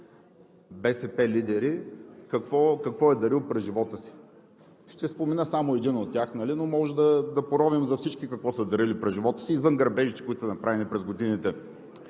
БСП лидери какво е дарил през живота си. Ще спомена само един от тях, но може да поровим за всички какво са дарили през живота си, извън грабежите, които са направени през годините.